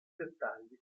dettagli